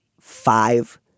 five